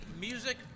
music